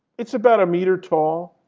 it's about a meter tall.